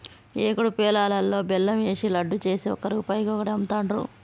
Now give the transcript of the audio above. ఏకుడు పేలాలల్లా బెల్లం ఏషి లడ్డు చేసి ఒక్క రూపాయికి ఒక్కటి అమ్ముతాండ్రు